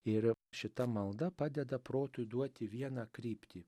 ir šita malda padeda protui duoti vieną kryptį